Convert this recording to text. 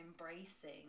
embracing